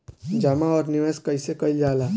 जमा और निवेश कइसे कइल जाला?